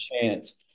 chance